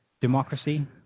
Democracy